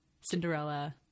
cinderella